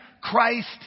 Christ